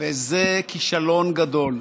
וזה כישלון גדול.